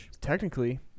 Technically